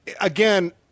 again